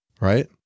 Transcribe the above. right